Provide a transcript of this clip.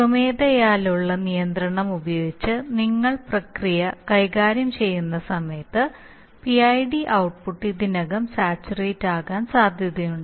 സ്വമേധയാലുള്ള നിയന്ത്രണം ഉപയോഗിച്ച് നിങ്ങൾ പ്രക്രിയ കൈകാര്യം ചെയ്യുന്ന സമയത്ത് PID ഔട്ട്പുട്ട് ഇതിനകം സാച്ചുറേറ്റ് ആകാൻ സാധ്യതയുണ്ട്